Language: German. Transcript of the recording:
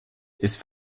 ist